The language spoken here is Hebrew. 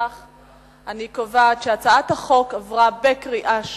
ולפיכך אני קובעת שהצעת החוק עברה בקריאה שלישית.